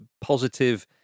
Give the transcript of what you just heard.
positive